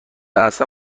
اصلا